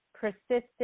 persistent